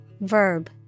verb